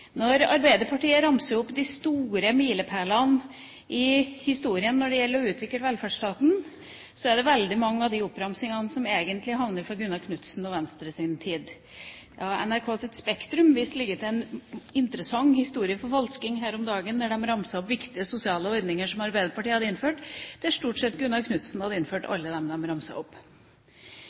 Når Arbeiderpartiet ramser opp de store milepælene i historien når det gjelder å utvikle velferdsstaten, er det veldig mange av oppramsingene som egentlig stammer fra Gunnar Knudsens og Venstres tid. NRKs Spektrum viste til en interessant historieforfalskning her om dagen, da de ramset opp viktige sosiale ordninger som Arbeiderpartiet hadde innført, der stort sett Gunnar Knudsen hadde innført alle dem som ble ramset opp.